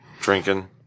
drinking